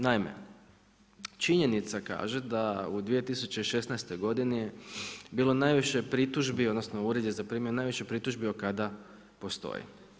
Naime, činjenica kaže da u 2016. godini je bilo najviše pritužbi odnosno Ured je zaprimio najviše pritužbi od kada postoji.